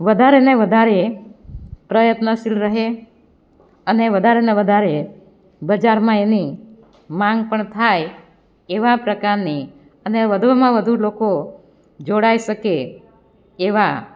વધારેને વધારે પ્રયત્નશીલ રહે અને વધારેને વધારે બજારમાં એની માંગ પણ થાય એવા પ્રકારની અને વધુમાં વધુ લોકો જોડાઈ શકે એવા